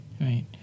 Right